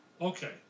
okay